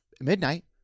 midnight